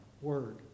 word